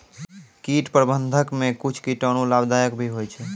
कीट प्रबंधक मे कुच्छ कीटाणु लाभदायक भी होय छै